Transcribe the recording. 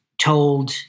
told